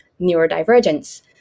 neurodivergence